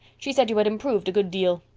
she said you had improved a good deal.